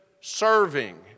serving